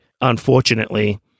unfortunately